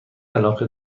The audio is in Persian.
علاقه